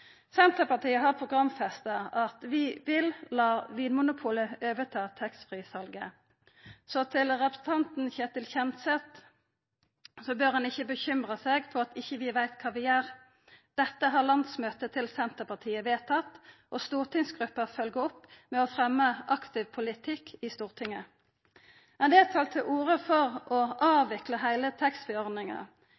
Senterpartiet har programfesta at vi vil la Vinmonopolet overta taxfree-salet. Så til representanten Ketil Kjenseth: Han bør ikkje bekymra seg for at vi ikkje veit kva vi gjer. Dette har landsmøtet til Senterpartiet vedtatt, og stortingsgruppa følgjer opp ved å fremja aktiv politikk i Stortinget. Ein del tar til orde for å